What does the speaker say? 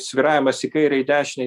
svyravimas į kairę į dešinę